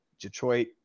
Detroit